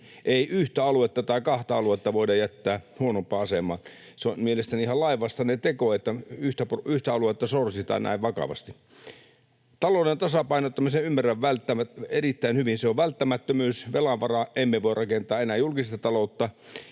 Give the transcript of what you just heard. Ei yhtä aluetta tai kahta aluetta voida jättää huonompaan asemaan. Se on mielestäni ihan lainvastainen teko, että yhtä aluetta sorsitaan näin vakavasti. Talouden tasapainottamisen ymmärrän erittäin hyvin, se on välttämättömyys. Velan varaan emme voi enää rakentaa julkista taloutta,